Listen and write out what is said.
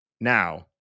Now